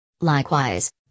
Likewise